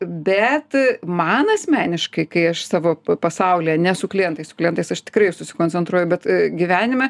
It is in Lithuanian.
bet man asmeniškai kai aš savo pasaulyje ne su klientais su klientais aš tikrai susikoncentruoju bet gyvenime